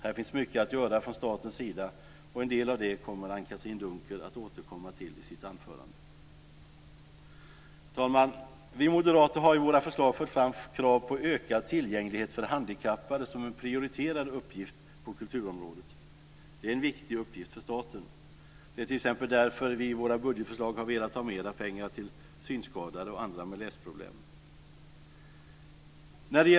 Här finns mycket att göra från statens sida, och en del av det kommer Anne-Katrine Dunker att återkomma till i sitt anförande. Herr talman! Vi moderater har i våra förslag fört fram krav på ökad tillgänglighet för handikappade som en prioriterad uppgift på kulturområdet. Det är en viktig uppgift för staten. Det är t.ex. därför vi i våra budgetförslag har velat ha mera pengar till synskadade och andra med läsproblem.